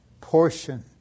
portion